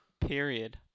Period